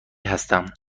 هستم